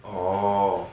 orh